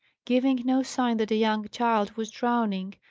giving no sign that a young child was drowning,